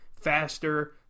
faster